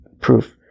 proof